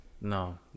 No